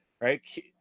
Right